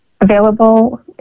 available